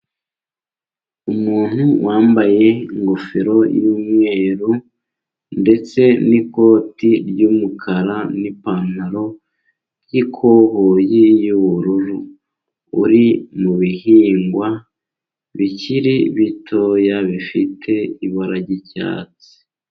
Umuntu wambaye ingofero y'umweru ndetse n'ikoti ry'umukara n'ipantaro y'ikoboyi y'ubururu, uri mu bihingwa bikiri bitoya bifite ibara ry'icyatsi.